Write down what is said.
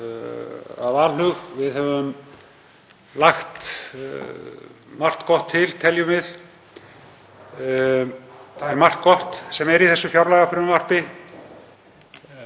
af alhug. Við höfum lagt margt gott til, teljum við. Það er margt gott í þessu fjárlagafrumvarpi